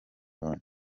abantu